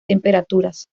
temperaturas